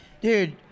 Dude